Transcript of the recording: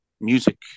music